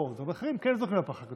או דברים אחרים כן זורקים לפח הכתום.